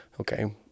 okay